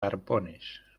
arpones